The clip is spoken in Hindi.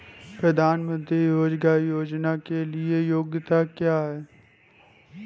प्रधानमंत्री रोज़गार योजना के लिए योग्यता क्या है?